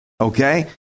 Okay